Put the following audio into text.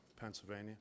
Pennsylvania